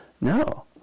No